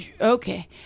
okay